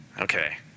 Okay